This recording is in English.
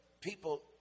people